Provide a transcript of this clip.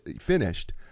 finished